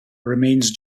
remains